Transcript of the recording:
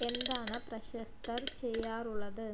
എന്താണ് പ്രശസ്തര് ചെയ്യാറുള്ളത്